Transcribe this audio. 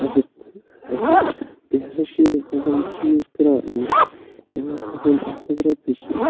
عزت عزت بیٚیہِ ہسا چھُ یہِ مطلب یہِ چیٖز کٕنان أمِس أمۍ ہسا زینہِ اَتھ منٛز رۄپیہِ زٕ